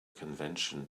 convention